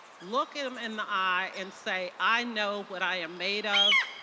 look them in the eye and say, i know what i am made of.